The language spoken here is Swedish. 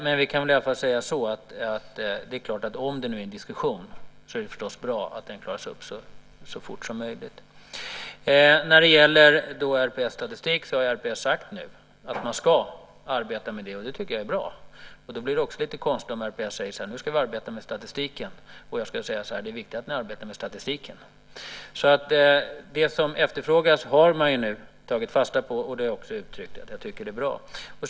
Men om det är en diskussion om detta är det förstås bra att det klaras upp så fort som möjligt. RPS har sagt att man ska arbeta med statistiken nu. Det tycker jag är bra. Men det skulle bli lite konstigt om jag, samtidigt som RPS säger att de ska arbeta med statistiken, säger att det är viktigt att de arbetar med statistiken. Man har nu tagit fasta på det som efterfrågas, och jag har också uttryckt att jag tycker att det är bra.